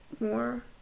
more